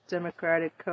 Democratic